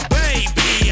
baby